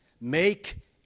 make